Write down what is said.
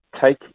take